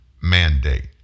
mandate